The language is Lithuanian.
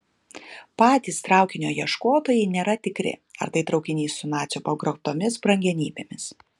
patys traukinio ieškotojai nėra tikri ar tai traukinys su nacių pagrobtomis brangenybėmis